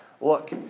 look